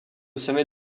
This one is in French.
sommet